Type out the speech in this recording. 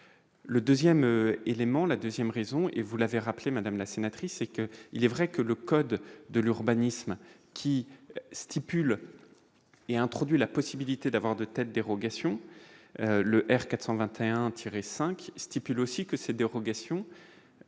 le 2ème élément la 2ème raison et vous l'avez rappelé Madame la sénatrice, et que il est vrai que le code de l'urbanisme qui stipule et introduit la possibilité d'avoir de telles dérogations le R 421 tiré 5 stipule aussi que ces dérogations